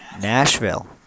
Nashville